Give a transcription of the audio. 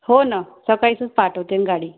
हो नं सकाळचंच पाठवते गाडी